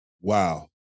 Wow